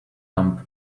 dumb